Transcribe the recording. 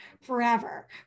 forever